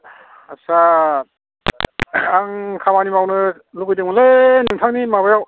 आच्चा आं खामानि मावनो लुबैदोंमोनलै नोंथांनि माबायाव